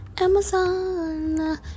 Amazon